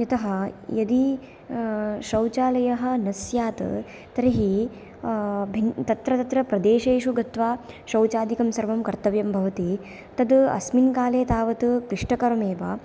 यतः यदि शौचालयः न स्यात् तर्हि भिन् तत्र तत्र प्रदेशेषु गत्वा शौचादिकं सर्वं कर्तव्यं भवति तद् अस्मिन् काले तावत् क्लिष्टकरमेव